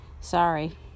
sorry